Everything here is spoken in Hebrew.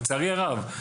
לצערי הרב.